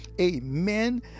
amen